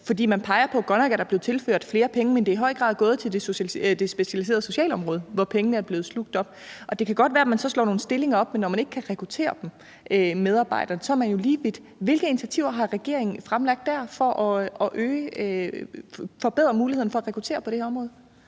Man peger på, at godt nok er der blevet tilført flere penge, men at det i høj grad er gået til det specialiserede socialområde, hvor pengene er blevet slugt op. Og det kan godt være, at man så slår nogle stillinger op, men når man ikke kan rekruttere medarbejdere, er man jo lige vidt. Hvilke initiativer har regeringen fremlagt for at forbedre mulighederne for at rekruttere på det her område?